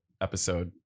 episode